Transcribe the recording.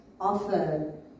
offer